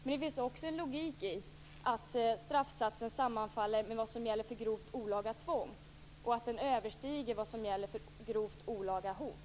Men det finns också en logik i att straffsatsen sammanfaller med vad som gäller för grovt olaga tvång och att den överstiger vad som gäller för grovt olaga hot.